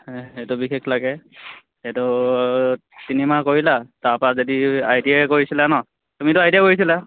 সেইটো বিশেষ লাগে সেইটো তিনিমাহ কৰিলা তাৰ পৰা যদি আই টি আই কৰিছিলা ন তুমিতো আই টি আই কৰিছিলা